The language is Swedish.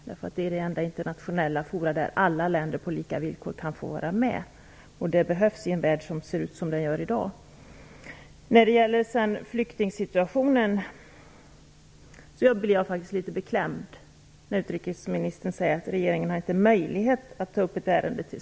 Det är ju det enda internationella forum där alla länder kan få vara med på lika villkor, vilket behövs i en värld som ser ut som den gör i dag. Jag blir faktiskt litet beklämd när utrikesministern säger att regeringen inte har möjlighet att ta upp flyktingsituationen.